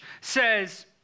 says